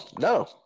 No